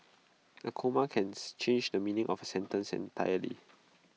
A comma can change the meaning of A sentence entirely